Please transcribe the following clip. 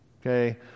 okay